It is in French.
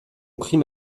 crime